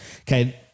Okay